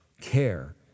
care